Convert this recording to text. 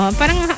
parang